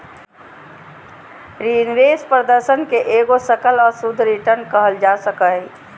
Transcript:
निवेश प्रदर्शन के एगो सकल और शुद्ध रिटर्न कहल जा सको हय